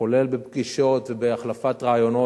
כולל בפגישות ובהחלפת רעיונות,